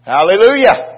Hallelujah